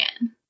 again